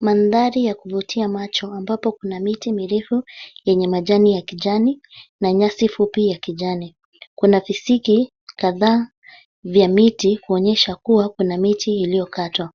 Mandhari ya kuvutia macho ambapo kuna miti mirefu yenye majani ya kijani na nyasi fupi ya kijani. Kuna visiki kadhaa vya miti, kuonyesha kuwa kuna miti iliyokatwa.